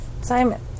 Simon